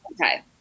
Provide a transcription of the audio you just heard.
Okay